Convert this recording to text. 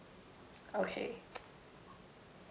okay